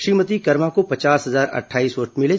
श्रीमती कर्मा को पचास हजार अट्ठाईस वोट मिले हैं